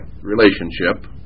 relationship